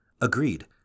agreed